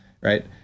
Right